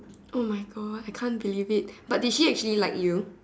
oh my God I can't believe it but did she actually like you